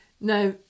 Now